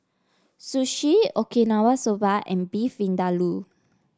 Sushi Okinawa Soba and Beef Vindaloo